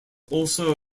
also